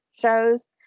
shows